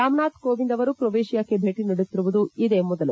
ರಾಮನಾಥ್ ಕೋವಿಂದ್ ಅವರು ಕೊವೇಷಿಯಾಕ್ಕೆ ಭೇಟ ನೀಡುತ್ತಿರುವುದು ಇದೇ ಮೊದಲು